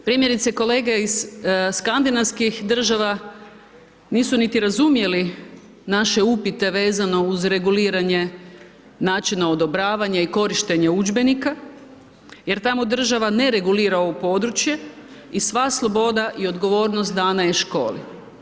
Primjerice kolege iz Skandinavskih država nisu niti razumjeli naše upite vezano uz reguliranje načina odobravanja i korištenja udžbenika, jer tamo država ne regulira ovo područje i sva sloboda i odgovornost dana je školi.